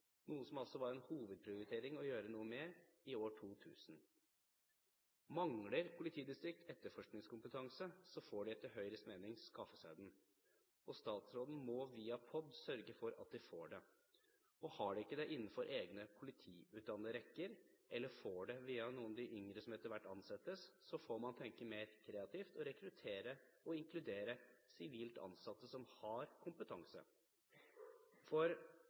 noe som det var en hovedprioritering å gjøre noe med i år 2000. Mangler politidistrikter etterforskningskompetanse, får de – etter Høyres mening – skaffe seg den. Statsråden må via POD sørge for at de får det. Har de den ikke innenfor egne politiutdannede rekker, eller får den via noen av de yngre som etter hvert ansettes, får man tenke mer kreativt og rekruttere og inkludere sivilt ansatte som har kompetanse. For